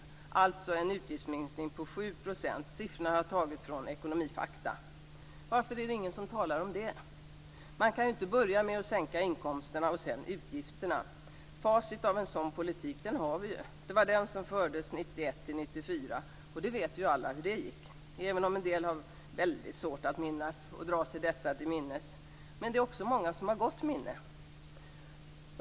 Det var alltså en utgiftsminskning på 7 %. Jag har tagit siffrorna från Ekonomifakta. Varför är det ingen som talar om detta? Man kan ju inte börja med att sänka inkomsterna och sedan ta utgifterna. Facit av en sådan politik har vi. Det var den som fördes 1991-1994, och det vet ju alla hur det gick - även om en del har väldigt svårt att minnas och dra sig detta till minnes. Men det är också många som har gott minne.